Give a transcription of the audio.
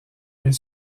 elle